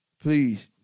Please